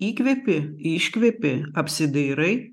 įkvepi iškvepi apsidairai